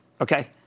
Okay